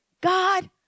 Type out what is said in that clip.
God